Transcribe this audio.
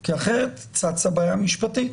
כי אחרת צצה בעיה משפטית.